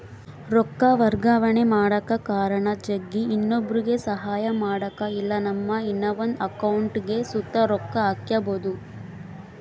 ರೊಕ್ಕ ವರ್ಗಾವಣೆ ಮಾಡಕ ಕಾರಣ ಜಗ್ಗಿ, ಇನ್ನೊಬ್ರುಗೆ ಸಹಾಯ ಮಾಡಕ ಇಲ್ಲಾ ನಮ್ಮ ಇನವಂದ್ ಅಕೌಂಟಿಗ್ ಸುತ ರೊಕ್ಕ ಹಾಕ್ಕ್ಯಬೋದು